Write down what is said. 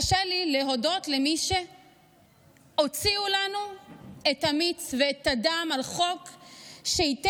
קשה לי להודות למי שהוציאו לנו את המיץ ואת הדם על חוק שייתן,